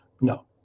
No